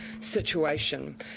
situation